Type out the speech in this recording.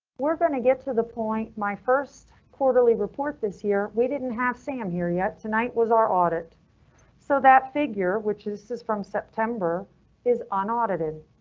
we're gonna get to the point. my first quarterly report this year we didn't have sam here yet. tonight was our audit so that figure, which is is from september is unaudited.